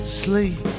sleep